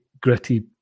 gritty